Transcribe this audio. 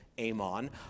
Amon